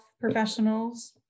professionals